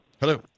hello